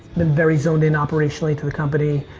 been very zoned in operationally to the company.